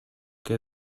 què